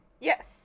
Yes